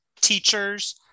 teachers